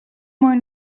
more